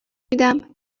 میدمهر